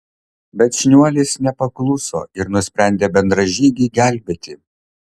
bet šniuolis nepakluso ir nusprendė bendražygį gelbėti